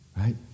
Right